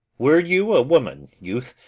were you a woman, youth,